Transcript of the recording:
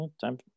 Time